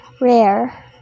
rare